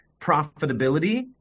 profitability